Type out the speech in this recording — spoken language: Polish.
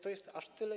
To jest aż tyle.